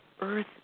earth